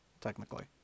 technically